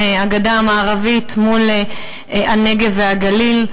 הגדה המערבית מול הנגב והגליל,